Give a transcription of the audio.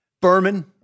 Berman